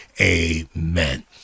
amen